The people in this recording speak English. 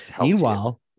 Meanwhile